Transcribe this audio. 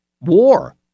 war